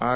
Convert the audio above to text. R